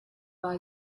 war